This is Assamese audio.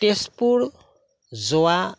তেজপুৰ যোৱা